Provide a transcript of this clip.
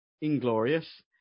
inglorious